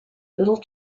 little